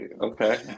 Okay